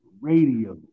Radio